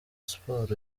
sports